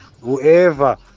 whoever